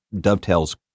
dovetails